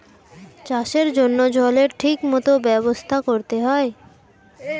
চাষের জন্য জলের ঠিক মত ব্যবস্থা করতে হয়